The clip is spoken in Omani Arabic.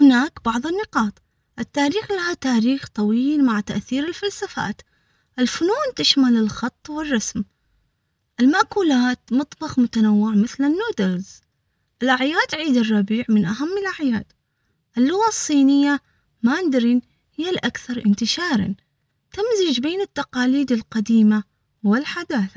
هناك بعض النقاط التاريخ لها تاريخ طويل مع تأثير الفلسفات الفنون تشمل الخط والرسم المأكولات مطبخ متنوع مثل النودلز الأعياد عيد الربيع من أهم الأعياد اللغة الصينية ما ندرين هي الأكثر.